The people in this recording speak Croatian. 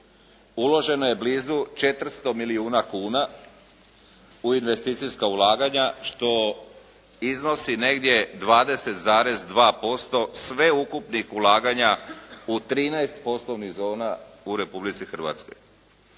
uloženo je blizu 400 milijuna kuna u investicijska ulaganja što iznosi negdje 20,2% sveukupnih ulaganja u 13 poslovnih zona u Republici Hrvatskoj